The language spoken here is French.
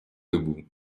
debout